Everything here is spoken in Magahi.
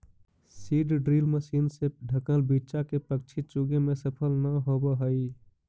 सीड ड्रिल मशीन से ढँकल बीचा के पक्षी चुगे में सफल न होवऽ हई